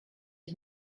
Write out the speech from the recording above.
ich